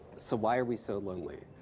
so why are we so lonely?